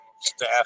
staff